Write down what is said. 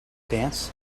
dance